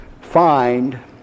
find